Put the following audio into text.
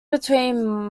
between